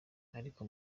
ariko